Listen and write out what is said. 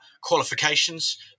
qualifications